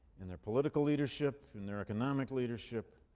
in their political leadership, in their economic leadership,